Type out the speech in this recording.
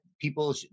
people